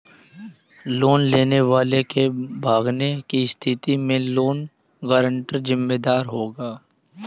loan लेने वाले के भागने की स्थिति में लोन गारंटर जिम्मेदार होगा